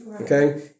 Okay